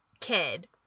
kid